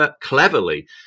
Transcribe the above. cleverly